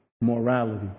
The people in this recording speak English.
morality